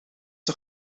een